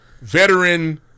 Veteran